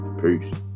Peace